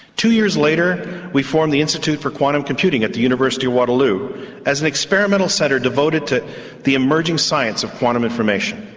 two years later we formed the institute for quantum computing at the university waterloo as an experimental centre devoted to the emerging science of quantum information.